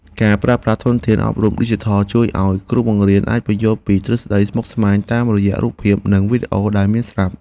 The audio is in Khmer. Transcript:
ការប្រើប្រាស់ធនធានអប់រំឌីជីថលជួយឱ្យគ្រូបង្រៀនអាចពន្យល់ពីទ្រឹស្តីស្មុគស្មាញតាមរយៈរូបភាពនិងវីដេអូដែលមានស្រាប់។